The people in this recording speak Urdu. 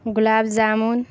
گلاب جامن